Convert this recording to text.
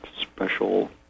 special